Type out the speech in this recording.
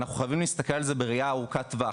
אנחנו חייבים להסתכל על זה בראייה ארוכת טווח,